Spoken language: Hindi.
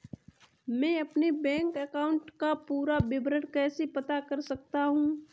मैं अपने बैंक अकाउंट का पूरा विवरण कैसे पता कर सकता हूँ?